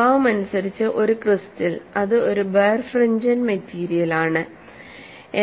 സ്വഭാവമനുസരിച്ച് ഒരു ക്രിസ്റ്റൽ ഇത് ഒരു ബൈർഫ്രിംഞ്ചെന്റ് മെറ്റീരിയലാണ്